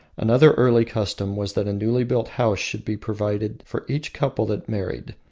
another early custom was that a newly built house should be provided for each couple that married.